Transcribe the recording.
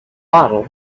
bottle